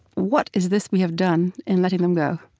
what is this we have done? in letting them go.